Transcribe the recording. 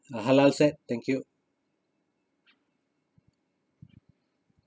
uh halal set thank you